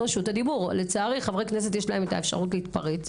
הדיבור, לצערי לחברי כנסת יש את האפשרות להתפרץ,